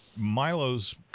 Milo's